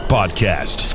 Podcast